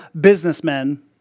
businessmen